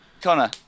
Connor